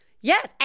Yes